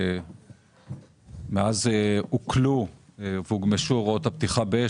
שמאז הוקלו והוגמשו הוראות הפתיחה באש,